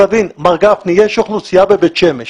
תבין מר גפני, יש אוכלוסייה בבית שמש